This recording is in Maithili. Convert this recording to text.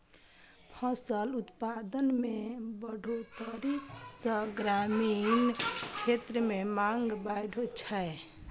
फसल उत्पादन मे बढ़ोतरी सं ग्रामीण क्षेत्र मे मांग बढ़ै छै